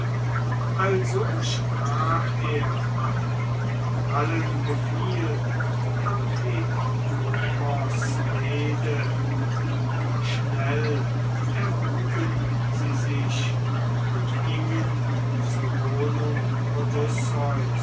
also sprach er und allen gefiel amphinomos rede schnell erhuben sie sich und gingen zur wohnung